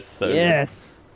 Yes